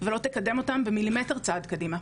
ולא תקדם את האנשים הללו במילימטר צעד קדימה.